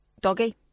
doggy